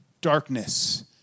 darkness